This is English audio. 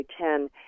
2010